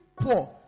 poor